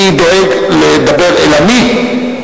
אני דואג לדבר אל עמי,